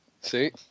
See